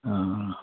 हँ